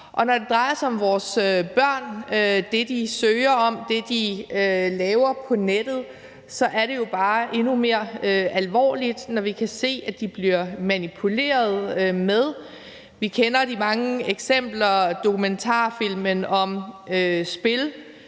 når det drejer sig om vores børn – det, de søger om, og det, de laver på nettet – så er det jo bare endnu mere alvorligt, når vi kan se, at de bliver manipuleret med. Vi kender de mange eksempler, f.eks. dokumentarfilmen om spil,